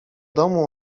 domu